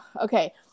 okay